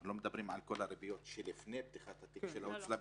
שלא מדברים על כל הריביות שלפני פתיחת תיק ההוצאה פועל,